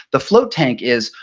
the float tank is,